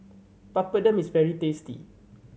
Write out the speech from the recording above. papadum is very tasty